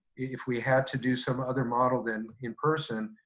if we had to do some other model than in-person,